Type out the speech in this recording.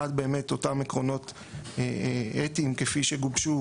אחד מהם הוא אותם עקרונות אתיים כפי שגובשו